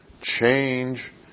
change